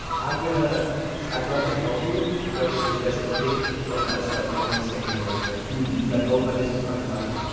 i'm gonna, i'd love to help you but if it doesn't fit for us, like i wanna send you in the right direction. so i go with my business partner mike,